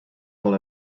full